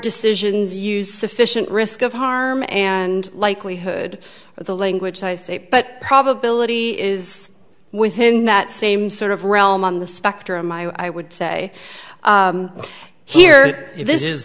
decisions use sufficient risk of harm and likelihood of the language so i say but probability is within that same sort of realm on the spectrum i would say here this